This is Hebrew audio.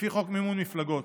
לפי חוק מימון מפלגות.